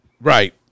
Right